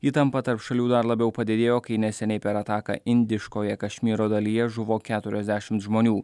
įtampa tarp šalių dar labiau padidėjo kai neseniai per ataką indiškoje kašmyro dalyje žuvo keturiasdešimt žmonių